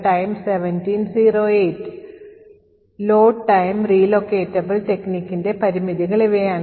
Load Time relocatable techniqueൻറെ പരിമിതികൾ ഇവയാണ്